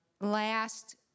last